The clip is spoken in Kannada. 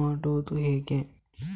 ಮಾಡೋದು ಹೇಗೆ?